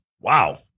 Wow